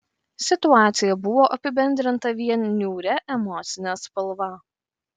situacija buvo apibendrinta vien niūria emocine spalva